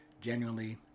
genuinely